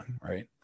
right